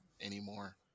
anymore